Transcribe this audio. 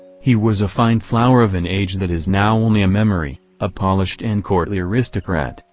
he was a fine flower of an age that is now only a memory a polished and courtly aristocrat,